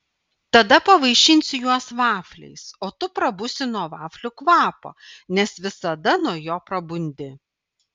tada pavaišinsiu juos vafliais o tu prabusi nuo vaflių kvapo nes visada nuo jo prabundi